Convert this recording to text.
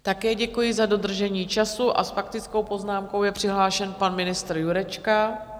Také děkuji za dodržení času, a s faktickou poznámkou je přihlášen pan ministr Jurečka.